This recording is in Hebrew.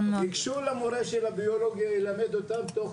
תיגשו למורה לביולוגיה והוא ילמד אותם תוך